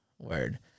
word